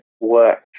work